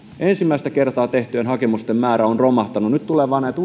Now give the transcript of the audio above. ensimmäistä kertaa tehtyjen hakemusten määrä on romahtanut nyt tulee vaan näitä